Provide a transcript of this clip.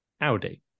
Audi